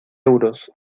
euros